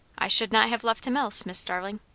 i should not have left him else, miss starling.